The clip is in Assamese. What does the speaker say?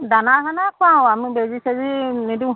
দানা চানা খোৱাওঁ আমি বেজি চেজি নিদিওঁ